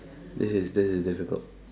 this is this is difficult